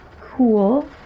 Cool